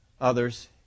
others